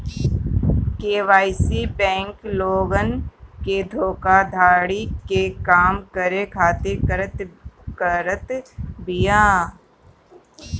KYC bank लोगन के धोखाधड़ी के कम करे खातिर करत बिया